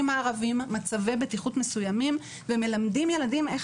הערבים מצבי בטיחות מסוימים ומלמדים ילדים איך